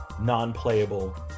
non-playable